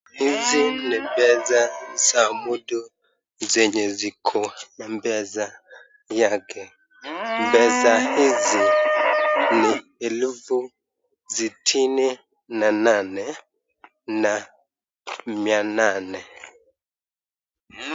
Hizi ni pesa za mtu zenye ziko mpesa yake, pesa hizi ni elfu sitini na nane na mia nane.